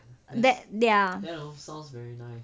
that they are